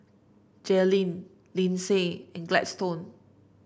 Jalynn Linsey and Gladstone